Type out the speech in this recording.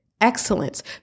excellence